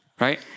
Right